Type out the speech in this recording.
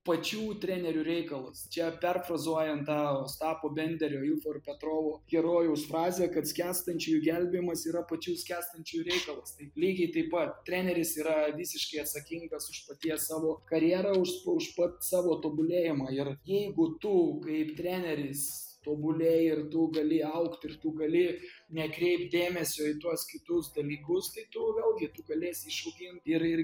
pačių trenerių reikalas čia perfrazuojant tą ostapo benderio ilfo ir petrovo herojaus frazę kad skęstančiųjų gelbėjimas yra pačių skęstančiųjų reikalas tai lygiai taip pat treneris yra visiškai atsakingas už paties savo karjerą už už pat savo tobulėjimą ir jeigu tu kaip treneris tobulėji ir tu gali augti ir tu gali nekreipt dėmesio į tuos kitus dalykus tai tu vėlgi tu galėsi išaugint ir ir